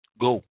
Go